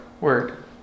word